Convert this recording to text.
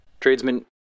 Tradesman